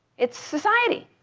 it's society.